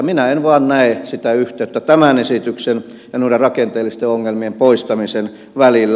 minä en vain näe sitä yhteyttä tämän esityksen ja noiden rakenteellisten ongelmien poistamisen välillä